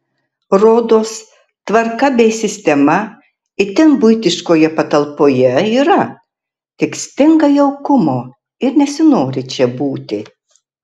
rodos tvarka bei sistema itin buitiškoje patalpoje yra tik stinga jaukumo ir nesinori čia būti